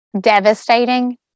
devastating